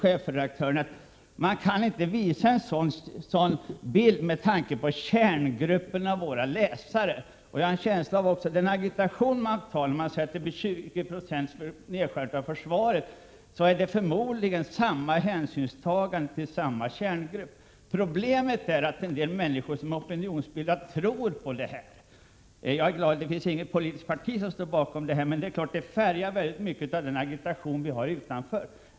Chefredaktören sade nämligen att man inte kan visa en sådan bild med tanke på kärngrupperna av Svenska Dagbladets läsare. Jag har en känsla av att med den agitation som tidningen driver när den talar om en 20-procentig nedskärning av försvaret så är det förmodligen fråga om friande till samma kärngrupper. Problemet är att en del människor som är opinionsbildare tror på det här. Jag är glad att det inte finns något politiskt parti som står bakom detta, men det färgar åtskilligt av den agitation som förekommer utanför riksdagen.